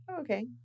okay